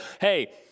hey